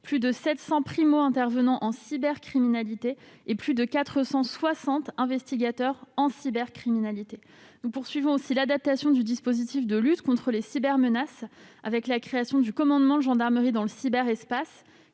plus de 700 primo-intervenants en cybercriminalité et plus de 460 investigateurs en cybercriminalité. Nous poursuivons aussi l'adaptation du dispositif de lutte contre les cybermenaces avec la création du commandement de la gendarmerie dans le cyberespace